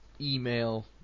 email